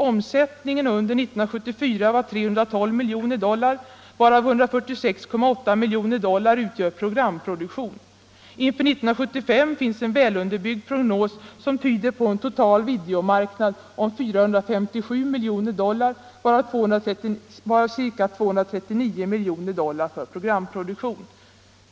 Omsättningen under 1974 var 312 miljoner dollar, varav 146,8 miljoner dollar utgör programproduktion. Inför 1975 finns en välunderbyggd prognos som tyder på en total videomarknad om 457 miljoner dollar, varav ca 239 miljoner dollar för programproduktion.